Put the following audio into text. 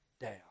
down